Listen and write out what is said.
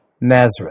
Nazareth